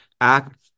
act